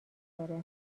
داره